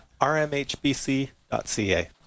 rmhbc.ca